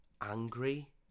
angry